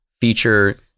feature